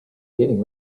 getting